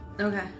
Okay